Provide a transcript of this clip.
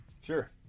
Sure